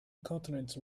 continents